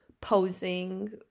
posing